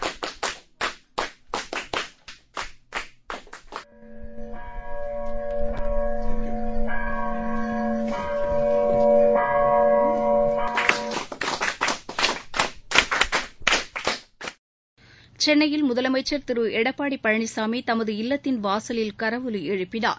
sound bite கரவொலி சென்னையில் முதலமைச்சர் திரு எடப்பாடி பழனிசாமி தமது இல்லத்தின் வாசலில் கரவொலி எழுப்பினார்